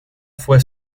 fue